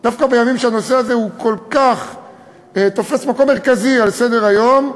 דווקא בימים שהנושא הזה תופס מקום מרכזי כל כך בסדר-היום,